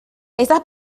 esas